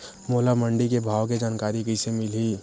मोला मंडी के भाव के जानकारी कइसे मिलही?